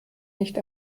nicht